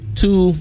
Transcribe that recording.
two